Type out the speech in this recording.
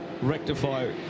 rectify